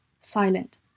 silent